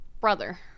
brother